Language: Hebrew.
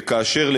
וכאשר,